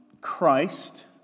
Christ